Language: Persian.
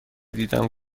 دیدن